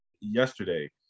yesterday